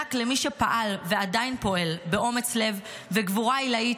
ויוענק למי שפעל ועדיין פועל באומץ לב וגבורה עילאית